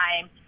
time